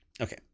Okay